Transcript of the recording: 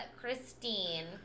Christine